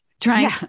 Trying